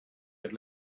had